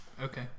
Okay